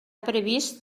previst